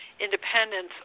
independence